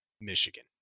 Michigan